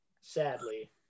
Sadly